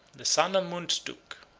the son of mundzuk,